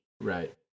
Right